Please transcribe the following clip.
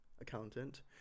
accountant